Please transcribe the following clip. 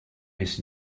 his